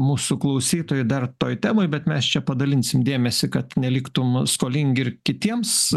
mūsų klausytojai dar toj temoj bet mes čia padalinsim dėmesį kad neliktum skolingi ir kitiems